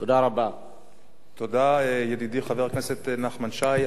תודה, ידידי, חבר הכנסת נחמן שי.